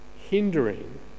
hindering